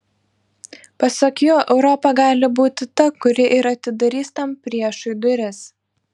pasak jo europa gali būti ta kuri ir atidarys tam priešui duris